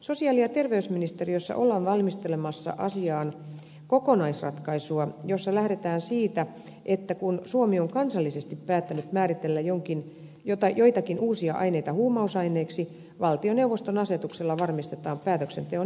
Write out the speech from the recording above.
sosiaali ja terveysministeriössä ollaan valmistelemassa asiaan kokonaisratkaisua jossa lähdetään siitä että kun suomi on kansallisesti päättänyt määritellä joitakin uusia aineita huumausaineiksi valtioneuvoston asetuksella varmistetaan päätöksenteon yhdenmukainen ja nopea menettely